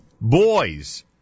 boys